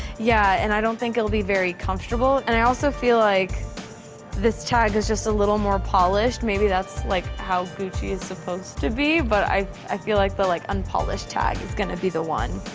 yeah, and i don't think it'll be very comfortable, and i also feel like this tag is just a little more polished. maybe that's like how gucci is supposed to be, but i i feel like the like unpolished tag is gonna be the one.